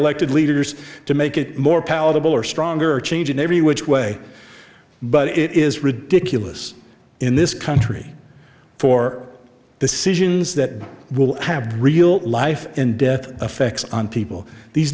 elected leaders to make it more palatable or stronger or change in every which way but it is ridiculous in this country for the citizens that will have real life and death effects on people these